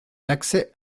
l’accès